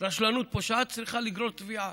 רשלנות פושעת צריכה לגרור תביעה.